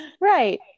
right